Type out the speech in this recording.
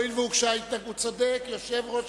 צודק יושב-ראש